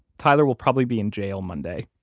tyler will probably be in jail monday.